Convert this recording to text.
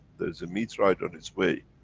there's a meteorite on its way.